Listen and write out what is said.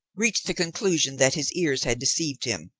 reached the conclusion that his ears had deceived him,